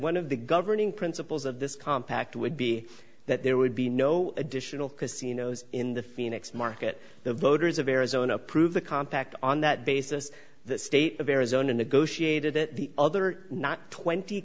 one of the governing principles of this compact would be that there would be no additional casinos in the phoenix market the voters of arizona approve the contract on that basis the state of arizona negotiated it the other not twenty